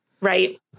Right